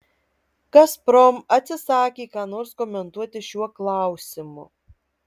gazprom atsisakė ką nors komentuoti šiuo klausimu